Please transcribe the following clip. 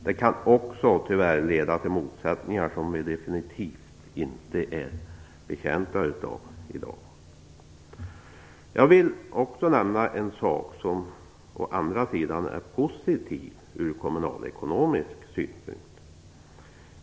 Det skulle också kunna leda till motsättningar som vi definitivt inte är betjänta av i dag. Jag vill också nämna en sak som å andra sidan är positiv från kommunalekonomisk synpunkt.